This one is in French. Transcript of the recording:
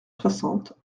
soixante